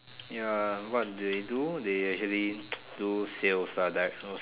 ya what they do they usually do sales lah like those